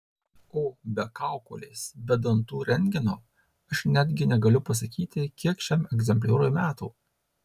o be kaukolės be dantų rentgeno aš netgi negaliu pasakyti kiek šiam egzemplioriui metų